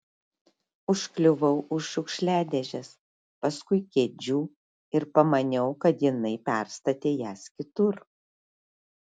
užkliuvau už šiukšliadėžės paskui kėdžių ir pamaniau kad jinai perstatė jas kitur